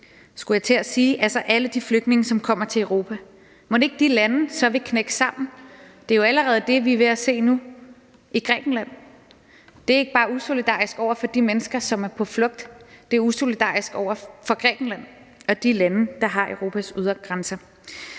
skal tage imod alle de flygtninge, som kommer til Europa. Mon ikke de lande så vil knække sammen? Det er jo allerede det, vi ser nu i Grækenland. Det er ikke bare usolidarisk over for de mennesker, som er på flugt; det er også usolidarisk over for Grækenland og de lande, der danner Europas ydre grænser.